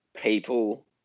people